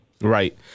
Right